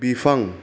बिफां